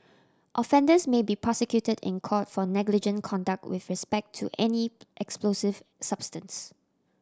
offenders may be prosecuted in court for negligent conduct with respect to any explosive substance